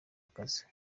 akazi